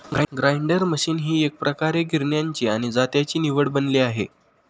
grinder machine ही एकप्रकारे गिरण्यांची आणि जात्याची निवड बनली आहे